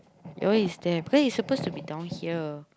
that one is there because it's supposed to be down here